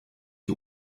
die